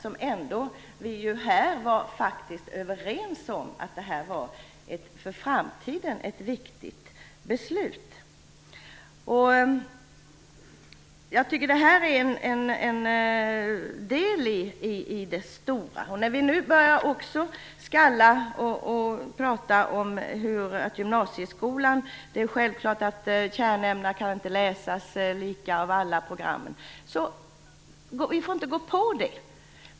Vi var ju här ändå överens om att detta var ett viktigt beslut för framtiden. Det här är en del i det stora. Här börjar man nu prata om att det är självklart att kärnämnena inte kan läsas lika i alla programmen. Vi får inte gå på det!